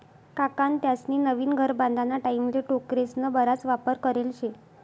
काकान त्यास्नी नवीन घर बांधाना टाईमले टोकरेस्ना बराच वापर करेल शे